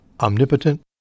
omnipotent